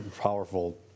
powerful